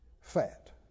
fat